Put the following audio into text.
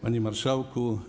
Panie Marszałku!